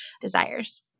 desires